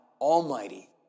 Almighty